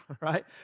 right